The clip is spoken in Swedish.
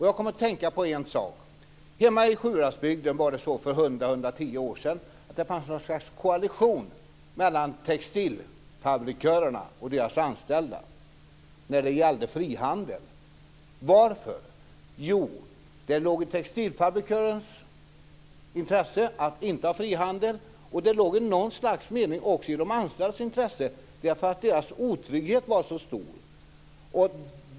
Jag kom att tänka på en sak. Hemma i Sjuhäradsbygden var det så för 100-110 år sedan att det fanns ett slags koalition mellan textilfabrikörerna och deras anställda när det gällde frihandel. Varför? Jo, det låg i textilfabrikörens intresse att inte ha frihandel och det låg väl i något slags mening också i de anställdas intresse eftersom deras otrygghet var så stor.